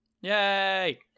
Yay